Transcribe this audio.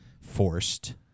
forced